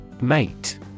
Mate